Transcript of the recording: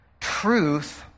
truth